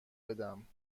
بدم